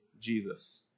Jesus